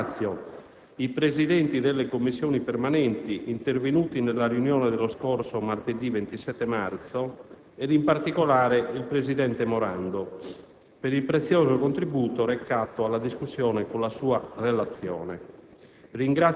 ringrazio i Presidenti delle Commissioni permanenti, intervenuti nella riunione dello scorso martedì 27 marzo, e in particolare il presidente Morando per il prezioso contributo recato alla discussione con la sua relazione.